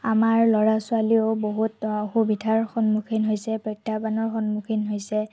আমাৰ ল'ৰা ছোৱালীয়েও বহুত অসুবিধাৰ সন্মুখীন হৈছে প্ৰত্যাহ্বানৰ সন্মুখীন হৈছে